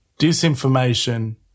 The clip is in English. disinformation